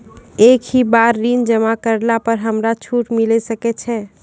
एक ही बार ऋण जमा करला पर हमरा छूट मिले सकय छै?